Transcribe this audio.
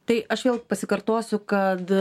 tai aš vėl pasikartosiu kad